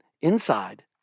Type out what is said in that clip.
inside